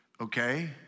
Okay